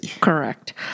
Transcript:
Correct